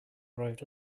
arrived